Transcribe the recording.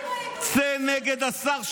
צא נגד השר שלך,